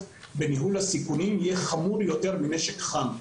בניהול הסיכונים יהיה חמור יותר מנשק חם.